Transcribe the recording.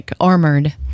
armored